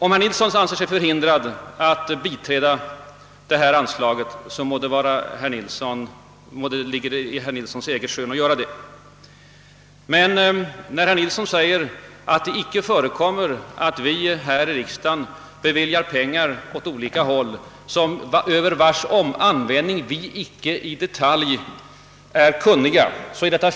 Om herr Nilsson anser sig förhindrad att biträda anslagsyrkandet ligger det i herr Nilssons eget skön att rösta mot det. Men när herr Nilsson säger att det icke förekommer att vi här i riksdagen för olika ändamål beviljar anslag vilkas användning vi icke känner till i detalj, så har han fel.